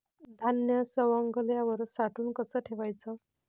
धान्य सवंगल्यावर साठवून कस ठेवाच?